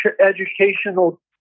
educational